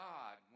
God